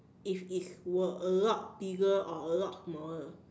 if it were a lot bigger or a lot smaller